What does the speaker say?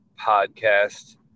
podcast